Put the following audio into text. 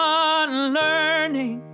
unlearning